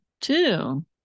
two